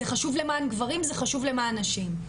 זה חשוב למען גברים, זה חשוב למען נשים.